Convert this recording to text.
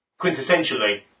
quintessentially